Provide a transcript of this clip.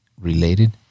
related